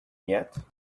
yet